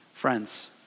Friends